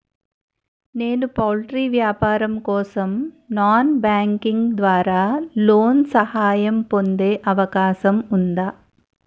నేను పౌల్ట్రీ వ్యాపారం కోసం నాన్ బ్యాంకింగ్ ద్వారా లోన్ సహాయం పొందే అవకాశం ఉందా?